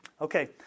Okay